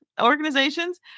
organizations